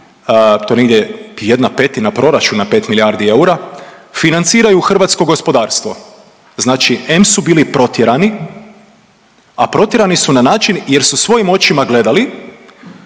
to je negdje 1/5 proračuna 5 milijardi eura financiraju hrvatsko gospodarstvo. Znači em su bili protjerani, a protjerani su na način jer su svojim očima gledali